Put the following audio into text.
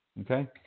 Okay